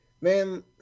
Man